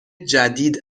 جدید